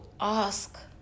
ask